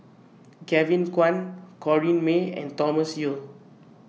Kevin Kwan Corrinne May and Thomas Yeo